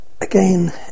again